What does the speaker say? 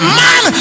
man